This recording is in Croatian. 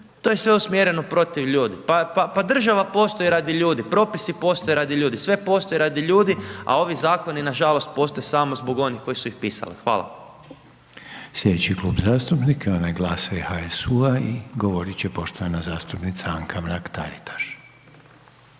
to je sve usmjereno protiv ljudi. Pa država postoji radi ljudi, propisi postoje radi ljudi, sve postoji radi ljudi a ovi zakoni nažalost postaju samo zbog onih koji su ih pisali. Hvala. **Reiner, Željko (HDZ)** Slijedeći Klub zastupnika je onaj GLAS-a i HSU-a i govorit će poštovana zastupnica Anka Mrak Taritaš.